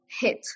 hit